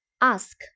Ask